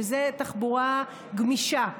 שזה תחבורה גמישה,